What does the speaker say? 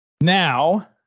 Now